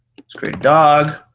let's create dog.